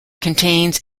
contains